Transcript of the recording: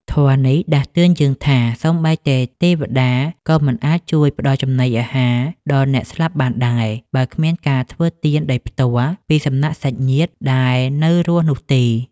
ធម៌នេះដាស់តឿនយើងថា សូម្បីតែទេវតាក៏មិនអាចជួយផ្ដល់ចំណីអាហារដល់អ្នកស្លាប់បានដែរ បើគ្មានការធ្វើទានដោយផ្ទាល់ពីសំណាក់សាច់ញាតិដែលនៅរស់នោះទេ។។